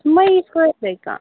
سُہ ما یی فٲیِدَے کانٛہہ